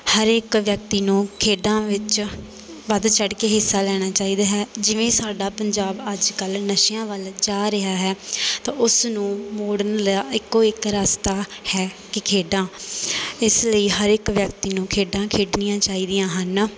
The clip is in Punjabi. ਹਰ ਇੱਕ ਵਿਅਕਤੀ ਨੂੰ ਖੇਡਾਂ ਵਿੱਚ ਵੱਧ ਚੜ ਕੇ ਹਿੱਸਾ ਲੈਣਾ ਚਾਹੀਦਾ ਹੈ ਜਿਵੇਂ ਸਾਡਾ ਪੰਜਾਬ ਅੱਜ ਕੱਲ੍ਹ ਨਸ਼ਿਆਂ ਵੱਲ ਜਾ ਰਿਹਾ ਹੈ ਤਾਂ ਉਸ ਨੂੰ ਮੋੜਨ ਲਿਆ ਇੱਕੋ ਇੱਕ ਰਸਤਾ ਹੈ ਇਹ ਖੇਡਾਂ ਇਸ ਲਈ ਹਰ ਇੱਕ ਵਿਅਕਤੀ ਨੂੰ ਖੇਡਾਂ ਖੇਡਣੀਆਂ ਚਾਹੀਦੀਆਂ ਹਨ